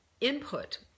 input